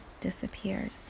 disappears